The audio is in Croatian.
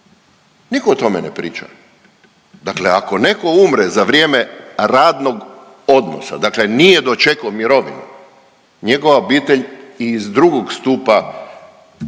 niko o tome ne priča. Dakle, ako neko umre za vrijeme radnog odnosa, dakle nije dočeko mirovinu njegova obitelj i iz drugog stupa je